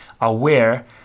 aware